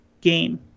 game